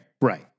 Right